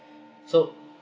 so